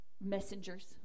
messengers